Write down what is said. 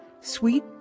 sweet